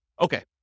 Okay